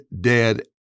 dead